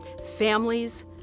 families